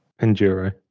Enduro